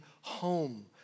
home